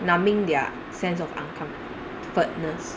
numbing their sense of uncomfort-ness